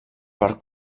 per